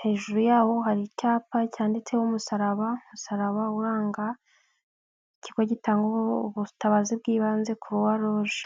hejuru yaho hari icyapa cyanditseho umusaraba, umusaraba uranga ikigo gitanga ubutabazi bw'ibanze Croix rouge.